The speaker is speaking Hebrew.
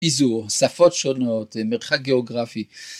פיזור, שפות שונות, מרחק גיאוגרפי